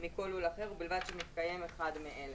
מכל לול אחר, ובלבד שמתקיים אחד מאלה: